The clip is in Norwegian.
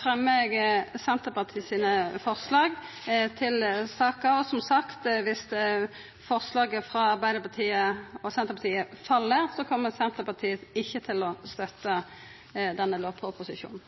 fremjar eg Senterpartiet sine forslag i saka, og som sagt: Dersom forslaget frå Arbeidarpartiet og Senterpartiet fell, kjem Senterpartiet ikkje til å støtta denne lovproposisjonen.